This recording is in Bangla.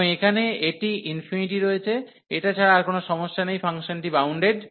এবং এখানে এটি ইনফিনিটি রয়েছে এটা ছাড়া আর কোন সমস্যা নেই ফাংশনটি বাউন্ডেড